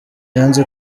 yanze